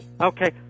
Okay